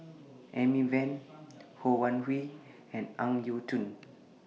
Amy Van Ho Wan Hui and Ang Yau Choon